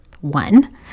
One